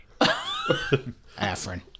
Afrin